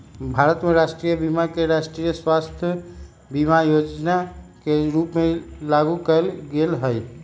भारत में राष्ट्रीय बीमा के राष्ट्रीय स्वास्थय बीमा जोजना के रूप में लागू कयल गेल हइ